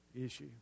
issue